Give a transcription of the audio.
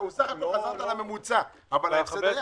בסך הכול חזרת לממוצע, אבל ההפסד היה.